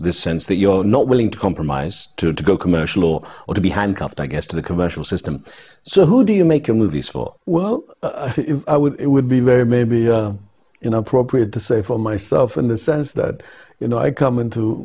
this sense that you're not willing to compromise to to go commercial or or to be handcuffed i guess to the commercial system so who do you make of movies for well it would be very maybe inappropriate to say for myself in the sense that you know i come into